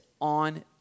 on